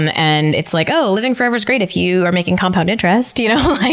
um and it's like, oh, living forever is great if you are making compound interest, you know?